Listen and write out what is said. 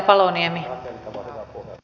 arvoisa puhemies